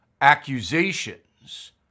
accusations